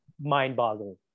mind-boggling